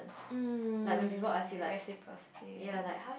mm like reciprocity